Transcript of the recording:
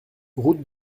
route